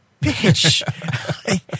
bitch